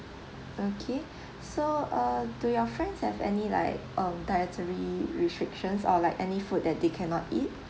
okay so uh do your friends have any like um dietary restrictions or like any food that they can not eat